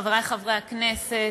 חברי חברי הכנסת,